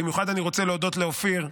במיוחד אני רוצה להודות לאופיר,